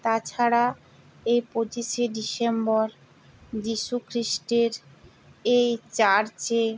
তাছাড়া এই পঁচিশে ডিসেম্বর যিশু খ্রিস্টের এই চার্চে